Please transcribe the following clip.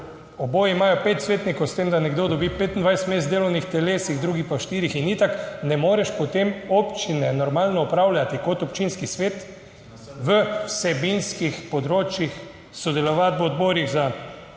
oboji imajo pet svetnikov, s tem da nekdo dobi 25 mest v delovnih telesih, drugi pa v štirih. In itak ne moreš potem občine normalno upravljati kot občinski svet v vsebinskih področjih, sodelovati v odborih za